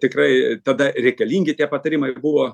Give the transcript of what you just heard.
tikrai tada reikalingi tie patarimai buvo